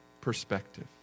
perspective